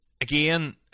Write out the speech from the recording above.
Again